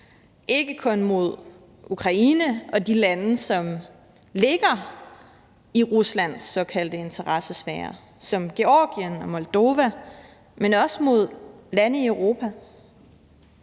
Ikke kun mod Ukraine og de lande, som ligger i Ruslands såkaldte interessesfære som Georgien og Moldova, men også mod lande i Europa